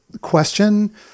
question